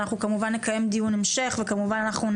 ואנחנו כמובן נקיים דיון המשך ונעקוב,